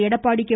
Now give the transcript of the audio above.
Edappadi K